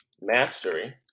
Mastery